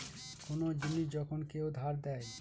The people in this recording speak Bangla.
কোন জিনিস যখন কেউ ধার দেয়